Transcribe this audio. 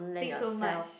think so much